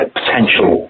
potential